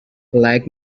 like